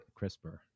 CRISPR